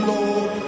Lord